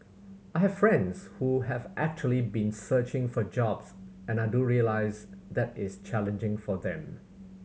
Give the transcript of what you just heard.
I have friends who have actually been searching for jobs and I do realise that is challenging for them